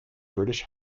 british